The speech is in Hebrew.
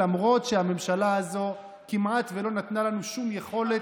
למרות שהממשלה הזו כמעט לא נתנה לנו שום יכולת.